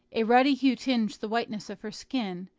a ruddy hue tinged the whiteness of her skin,